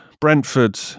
Brentford